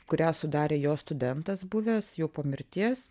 kurią sudarė jo studentas buvęs jau po mirties